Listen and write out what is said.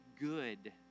good